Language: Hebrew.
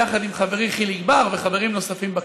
ביחד עם חברי חיליק בר וחברים נוספים בכנסת.